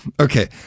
Okay